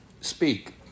speak